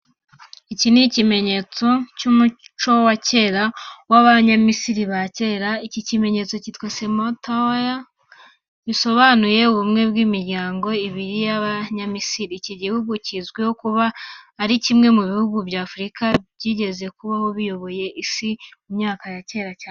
Iki ni ikimenyetso cy'umuco wa kera w’Abanyamisiri ba kera. Iki kimenyetso cyitwaga "Sema-tawy" bisobanuye ubumwe bw'imiryango ibiri y'Abanyamisiri .Iki gihugu kizwiho kuba ari kimwe mu bihugu bya Afurika byigeze kubaho biyoboye isi mu myaka ya kera cyane.